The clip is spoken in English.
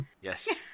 Yes